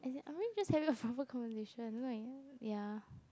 as in I mean just having a proper conversation like ya